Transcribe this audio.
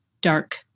dark